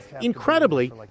Incredibly